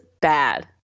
bad